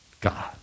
God